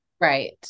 Right